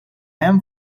hemm